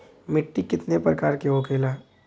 मिट्टी कितने प्रकार के होखेला?